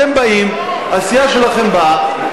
הסיעה שלכם באה,